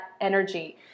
energy